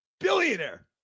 billionaire